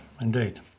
indeed